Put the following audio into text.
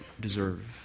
deserve